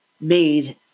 made